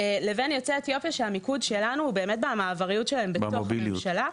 לבין יוצאי אתיופיה שהמיקוד שלנו הוא באמת במעברים שלהם בתוך הממשלה,